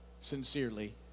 sincerely